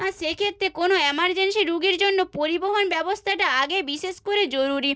আর সেক্ষেত্রে কোনো এমারজেন্সি রোগীর জন্য পরিবহণ ব্যবস্থাটা আগে বিশেষ করে জরুরি